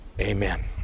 Amen